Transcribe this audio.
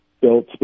built